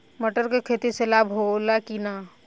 मटर के खेती से लाभ होला कि न?